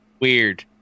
Weird